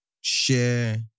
share